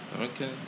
Okay